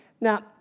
Now